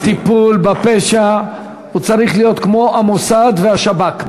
הטיפול בפשע צריך להיות כמו של המוסד והשב"כ,